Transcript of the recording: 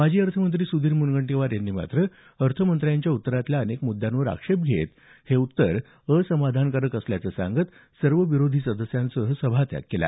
माजी अर्थमंत्री सुधीर मुनगंटीवार यांनी मात्र अर्थमंत्र्यांच्या उत्तरातल्या अनेक मुद्यांवर आक्षेप घेत हे उत्तर असमाधानकारक असल्याचं सांगत सर्व विरोधी सदस्यांसह सभात्याग केला